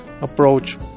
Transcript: approach